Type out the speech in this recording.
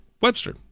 Webster